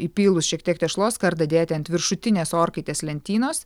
įpylus šiek tiek tešlos skardą dėti ant viršutinės orkaitės lentynos